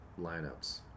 lineups